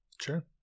Sure